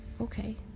Okay